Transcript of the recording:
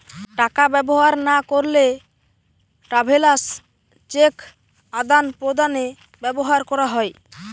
টাকা ব্যবহার না করলে ট্রাভেলার্স চেক আদান প্রদানে ব্যবহার করা হয়